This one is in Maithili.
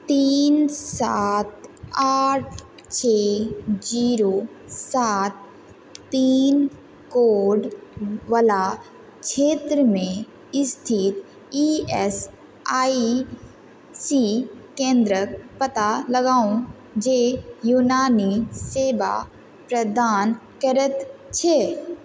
तीन सात आठ छओ जीरो सात पिन कोड वला क्षेत्रमे स्थित इ एस आइ सी केंद्रक पता लगाउँ जे यूनानी सेवा प्रदान करैत छै